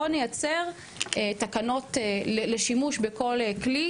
בואו נייצר תקנות לשימוש בכל כלי,